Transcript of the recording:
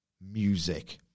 music